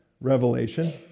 Revelation